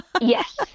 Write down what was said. Yes